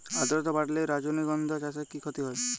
আদ্রর্তা বাড়লে রজনীগন্ধা চাষে কি ক্ষতি হয়?